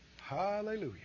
Hallelujah